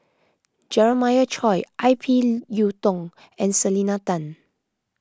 Jeremiah Choy I P Yiu Tung and Selena Tan